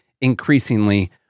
increasingly